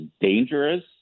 dangerous